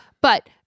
But-